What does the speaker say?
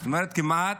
זאת אומרת כמעט